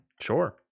Sure